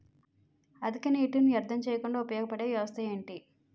అధిక నీటినీ వ్యర్థం చేయకుండా ఉపయోగ పడే వ్యవస్థ ఏంటి